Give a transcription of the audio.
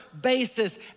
basis